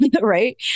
right